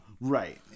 Right